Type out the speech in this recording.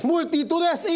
Multitudes